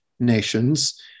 nations